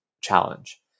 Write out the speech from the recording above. challenge